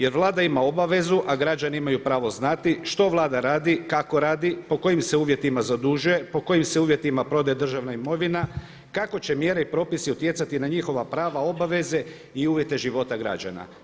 Jer Vlada ima obavezu a građani imaju pravo znati što Vlada radi, kako radi, po kojim se uvjetima zadužuje, po kojim se uvjetima prodaje državna imovina, kako će mjere i propisi utjecati na njihova prava, obaveze i uvjete života građana.